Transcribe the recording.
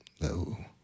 No